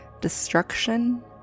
destruction